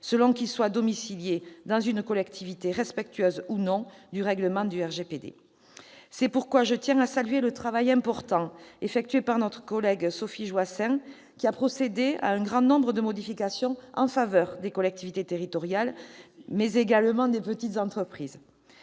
selon qu'ils sont domiciliés dans une collectivité respectueuse ou non du RGPD. C'est pourquoi je tiens à saluer le travail important effectué par notre collègue Sophie Joissains, qui a procédé à un grand nombre de modifications en faveur des collectivités territoriales, mais également des petites entreprises.